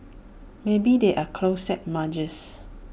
maybe they are closet muggers